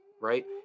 right